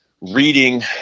reading